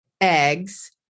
eggs